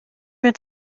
mehr